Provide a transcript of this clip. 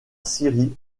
syrie